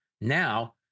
Now